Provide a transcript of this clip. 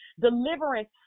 Deliverance